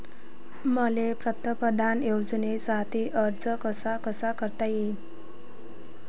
मले पंतप्रधान योजनेसाठी अर्ज कसा कसा करता येईन?